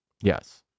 Yes